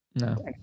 No